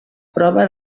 prova